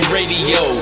Radio